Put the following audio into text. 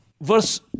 verse